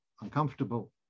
uncomfortable